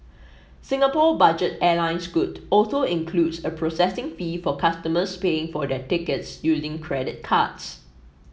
Singapore budget airline Scoot also includes a processing fee for customers paying for their tickets using credit cards